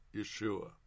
Yeshua